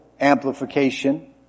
amplification